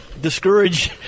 discourage